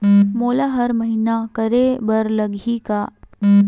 मोला हर महीना करे बर लगही का?